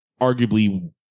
arguably